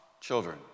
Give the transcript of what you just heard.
children